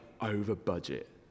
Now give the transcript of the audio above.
over-budget